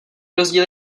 rozdíl